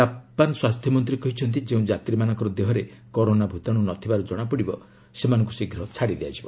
Japan ସ୍ୱାସ୍ଥ୍ୟମନ୍ତ୍ରୀ କହିଛନ୍ତି ଯେଉଁ ଯାତ୍ରୀମାନଙ୍କ ଦେହରେ କରୋନା ଭୂତାଣୁ ନ ଥିବାର ଜଣାପଡ଼ିବ ସେମାନଙ୍କୁ ଛାଡ଼ିଦିଆଯିବ